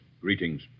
Greetings